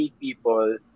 people